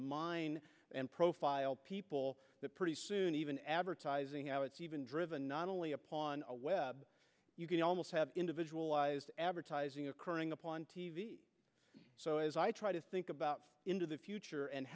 mine and profile people pretty soon even advertising out it's even driven not only upon a web you can almost have individualized advertising occurring upon t v so as i try to think about into the future and